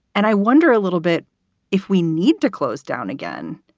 and i wonder a little bit if we need to close down again.